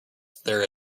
there